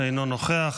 אינו נוכח.